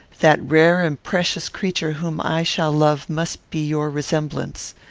that rare and precious creature whom i shall love must be your resemblance.